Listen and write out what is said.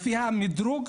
לפי המדרוג,